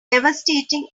devastating